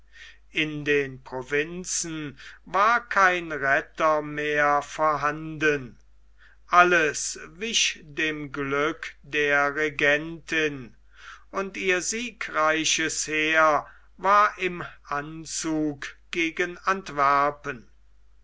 in den provinzen war kein retter mehr vorhanden alles wich dem glück der regentin und ihr siegreiches heer war im anzug gegen antwerpen